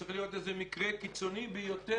צריך להיות מקרה קיצוני ביותר.